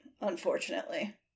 unfortunately